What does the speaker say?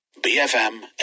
BFM